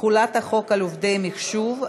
תחולת החוק על עובדי מחשוב),